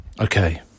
Okay